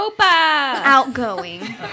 Outgoing